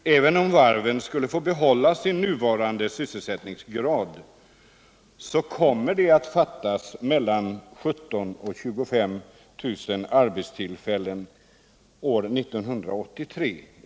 Även om varven skulle få behålla sin nuvarande sysselsättningsgrad, så kommer det enligt gjorda beräkningar och prognoser att fattas mellan 17 000 och 25 000 arbetstillfällen år 1983.